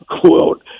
quote